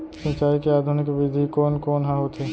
सिंचाई के आधुनिक विधि कोन कोन ह होथे?